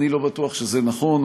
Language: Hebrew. אני לא בטוח שזה נכון.